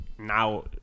now